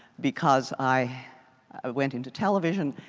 because i went into television.